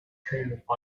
caleb